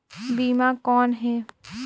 बीमा कौन है?